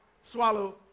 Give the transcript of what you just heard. swallow